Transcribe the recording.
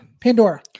Pandora